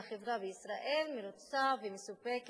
החברה בישראל מרוצה ומסופקת